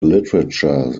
literature